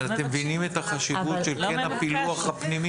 אבל אתם מבינים את החשיבות של כן הפילוח הפנימי?